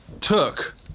took